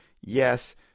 Yes